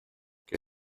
que